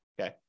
Okay